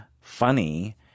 funny